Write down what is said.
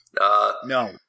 No